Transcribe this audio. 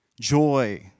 joy